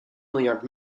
miljard